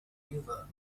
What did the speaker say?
maneuver